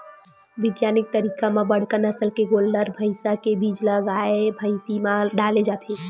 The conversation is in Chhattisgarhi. बिग्यानिक तरीका म बड़का नसल के गोल्लर, भइसा के बीज ल गाय, भइसी म डाले जाथे